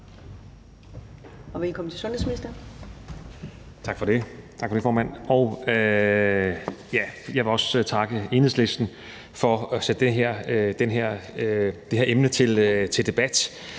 (Magnus Heunicke): Tak for det, formand. Jeg vil også takke Enhedslisten for at sætte det her emne til debat,